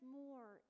more